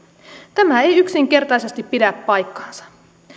tämä ei yksinkertaisesti pidä paikkaansa